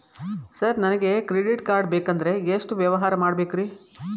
Sir ನನಗೆ credit card ಬೇಕಂದ್ರೆ ಎಷ್ಟು ವ್ಯವಹಾರ ಮಾಡಬೇಕ್ರಿ?